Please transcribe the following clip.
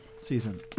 season